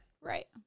Right